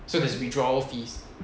so there's a withdrawal fees